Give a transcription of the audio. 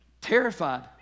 Terrified